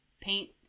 paint